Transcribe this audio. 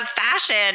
fashion